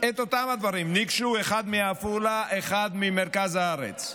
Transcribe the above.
ניגשו אחד מעפולה ואחד ממרכז הארץ,